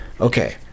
okay